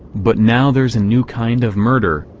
but now there's a new kind of murder,